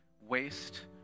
waste